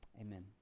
amen